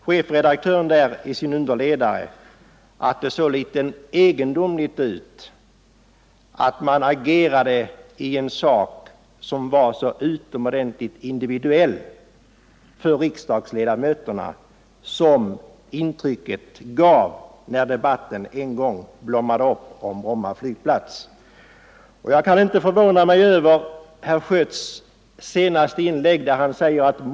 Chefredaktören tyckte att det såg litet egendomligt ut att riksdagsledamöterna agerade i en sak som var så utomordentligt individuell som intrycket blev när debatten om Bromma flygplats en gång blommande upp. Jag kan inte undgå att förvånas över herr Schötts senaste inlägg.